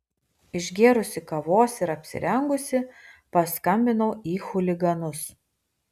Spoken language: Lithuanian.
išgėrusi kavos ir apsirengusi paskambinau į chuliganus